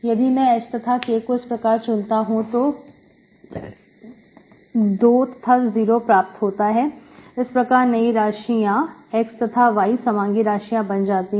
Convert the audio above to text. यदि मैं h तथाk को इस प्रकार चुनता तो 2 तथा 0 प्राप्त होता है तब इस प्रकार नई राशियों X तथा Y समांगी राशियां बन जाती है